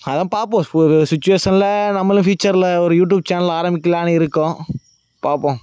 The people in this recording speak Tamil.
அதுதான் பார்ப்போம் ஒரு சுச்வேஷனில் நம்மளும் ஃப்யூச்சரில் ஒரு யூடியூப் சேனல் ஆரமிக்கலாம்னு இருக்கோம் பார்ப்போம்